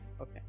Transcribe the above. Okay